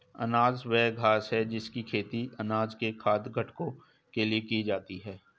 अनाज वह घास है जिसकी खेती अनाज के खाद्य घटकों के लिए की जाती है